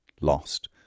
lost